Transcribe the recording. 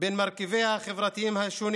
בין מרכיביה החברתיים השונים